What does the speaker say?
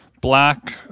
black –